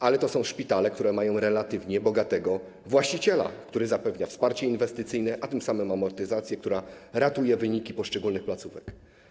Ale to są szpitale, które mają relatywnie bogatego właściciela, który zapewnia wsparcie inwestycyjne, a tym samym amortyzację, która ratuje wyniki poszczególnych placówek.